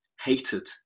hated